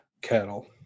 cattle